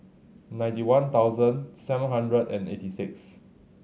ninety one thousand seven hundred and eighty six